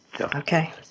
Okay